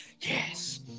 Yes